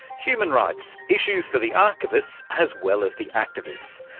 human rights, issues for the archivists as well as the activists.